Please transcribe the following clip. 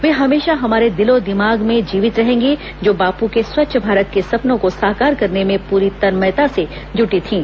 वे हमेशा हमारे दिलों दिमाग में जीवित रहेंगी जो बापू के स्वच्छ भारत के सपनों को साकार करने में पूरी तन्मयता से जुटी थीं